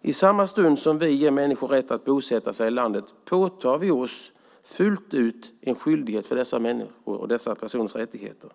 I samma stund som vi ger människor rätt att bosätta sig i landet påtar vi oss fullt ut en skyldighet för dessa människor och deras rättigheter.